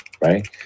right